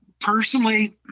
personally